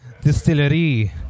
Distillery